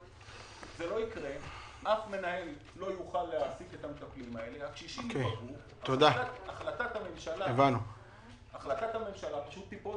אבל זה בכפוף להמלצות צוות והחלטת ממשלה חדשה.